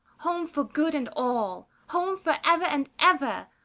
home, for good and all. home, for ever and ever.